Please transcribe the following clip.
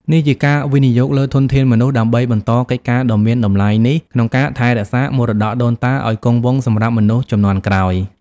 នេះជាការវិនិយោគលើធនធានមនុស្សដើម្បីបន្តកិច្ចការដ៏មានតម្លៃនេះក្នុងការថែរក្សាមរតកដូនតាឱ្យគង់វង្សសម្រាប់មនុស្សជំនាន់ក្រោយ។